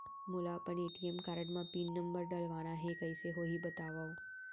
मोला अपन ATM card म पिन नंबर डलवाना हे कइसे होही बतावव?